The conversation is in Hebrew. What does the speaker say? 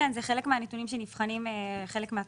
זה חלק מהנתונים שנבחנים והתוכנית